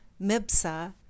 Mibsa